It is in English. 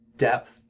depth